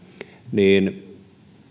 niin